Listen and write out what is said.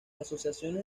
asociaciones